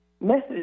message